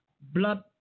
blood